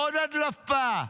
עוד הדלפה,